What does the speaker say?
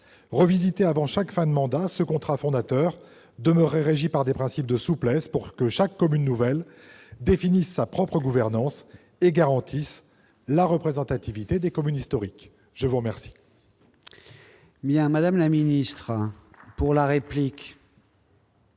revisité avant chaque fin de mandat, demeurerait régi par des principes de souplesse pour que chaque commune nouvelle définisse sa propre gouvernance et garantisse la représentativité des communes historiques. La parole